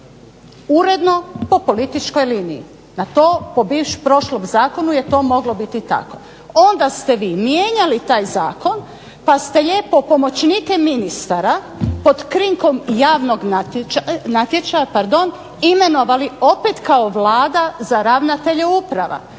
uredno po političkoj liniji. Na to po prošlom zakonu je to moglo biti tako. Onda ste vi mijenjali taj zakon pa ste lijepo pomoćnike ministara pod krinkom javnog natječaja imenovali opet kao Vlada za ravnatelje uprava.